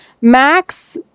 max